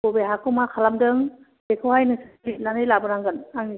बबे हाखौ मा खालामदों बेखौहाय नों लिरनानै लाबोनांगोन आंनिसिम